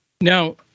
Now